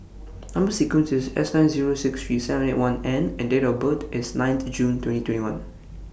Number sequence IS S nine Zero six three seven eight one N and Date of birth IS nine June twenty twenty one